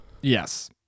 Yes